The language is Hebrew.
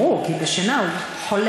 ברור, כי בשינה הוא חולם.